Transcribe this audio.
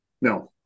no